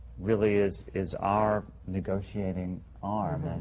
really is is our negotiating arm.